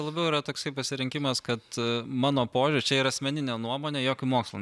labiau yra toksai pasirinkimas kad mano požiūriu čia yra asmeninė nuomonė jokiu mokslu